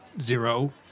Zero